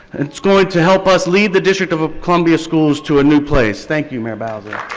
it's going to help us lead the district of ah columbia schools to a new place. thank you, mayor bowser.